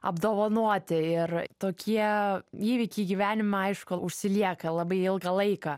apdovanoti ir tokie įvykiai gyvenima aišku užsilieka labai ilgą laiką